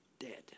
Dead